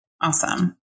Awesome